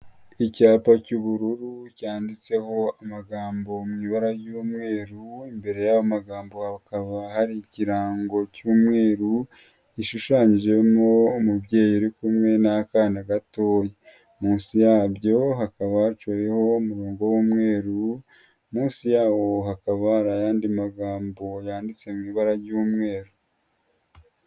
Icyapa cy'ubururu cyanditseho amagambo mu ibara ry'umweru, imbere y'amagambo hakaba hari ikirango cy'umweru gishushanyijemo umubyeyi uri kumwe n'akana gato, munsi yaryo hakaba haciyeho umurongo w'umweru, munsi yawo hakaba hari ayandi magambo yanditse mu ibara ry'umweru.